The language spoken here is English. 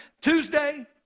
Tuesday